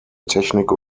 technik